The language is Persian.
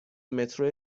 مترو